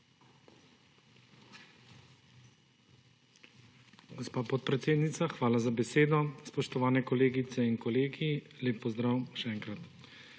hvala za besedo. Spoštovani kolegice in kolegi, lep pozdrav še enkrat!